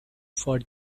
for